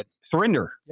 surrender